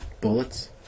bullets